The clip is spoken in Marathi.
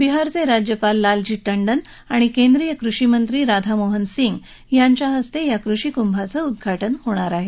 बिहारचे राज्यपाल लालजी टंडन आणि केंद्रीय कृषीमंत्री राधामोहन सिंग यांच्याहस्ते या कृषीकुंभाचं उद्घाटन होणार आहे